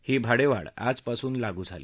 ही भाडेवाढ आजपासून लागू झाली